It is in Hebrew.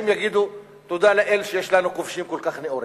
יגידו: תודה לאל שיש לנו כובשים כל כך נאורים.